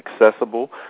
accessible